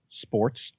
sports